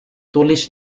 tulis